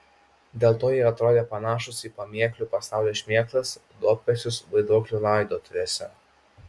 dėl to jie atrodė panašūs į pamėklių pasaulio šmėklas duobkasius vaiduoklio laidotuvėse